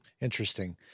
Interesting